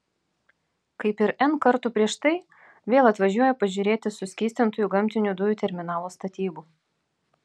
kaip ir n kartų prieš tai vėl atvažiuoja pažiūrėti suskystintųjų gamtinių dujų terminalo statybų